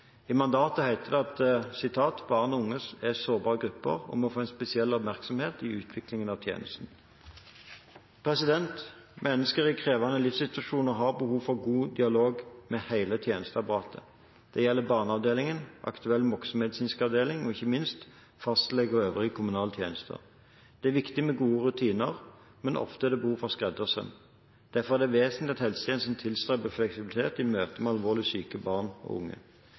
I mandatet heter det: «Barn og unge er sårbare grupper og må få en spesiell oppmerksomhet i utvikling av tjenestene». Mennesker i krevende livssituasjoner har behov for god dialog med hele tjenesteapparatet. Det gjelder barneavdeling, aktuell voksenmedisinsk avdeling og – ikke minst – fastlege og øvrig kommunal helsetjeneste. Det er viktig med gode rutiner, men ofte er det behov for skreddersøm. Derfor er det vesentlig at helsetjenesten tilstreber fleksibilitet i møtet med alvorlig syke barn og unge.